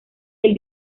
del